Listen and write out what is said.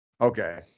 okay